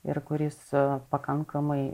ir kuris pakankamai